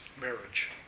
marriage